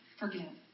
forgive